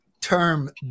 term